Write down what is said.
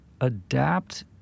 adapt